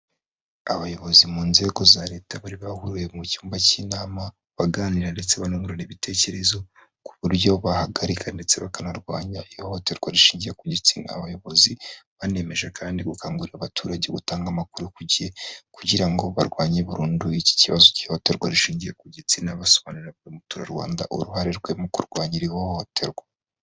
Abayobozi mu nzego za Leta bari bahuriye mu cyumba cy'inama, baganira ndetse banungurana ibitekerezo, ku buryo bahagarika ndetse bakanarwanya ihohoterwa rishingiye ku gitsina. Abayobozi banemeje kandi gukangurira abaturage gutanga amakuru ku gihe, kugira ngo barwanye burundu iki kibazo cy'ihohoterwa rishingiye ku gitsina, basobanurira buri muturarwanda uruhare rwe mu kurwanya iri hohoterwa.